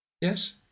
Yes